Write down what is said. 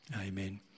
Amen